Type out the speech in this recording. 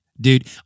Dude